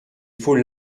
faut